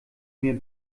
mir